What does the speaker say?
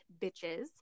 bitches